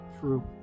true